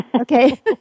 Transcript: Okay